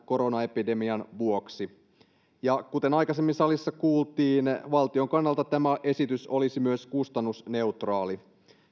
koronaepidemian vuoksi kuten aikaisemmin salissa kuultiin valtion kannalta tämä esitys olisi myös kustannusneutraali